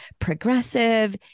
progressive